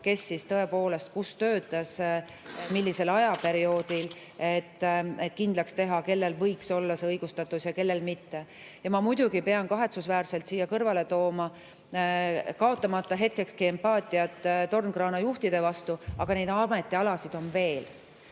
tuvastada, kes kus töötas ja millisel ajaperioodil, et kindlaks teha, kellel võiks olla see õigustatus ja kellel mitte. Ma muidugi pean kahetsusväärselt siia kõrvale tooma, kaotamata hetkekski empaatiat tornkraanajuhtide vastu, et neid ametialasid on veel,